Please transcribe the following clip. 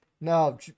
No